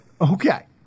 Okay